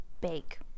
bake